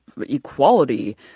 equality